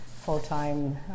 full-time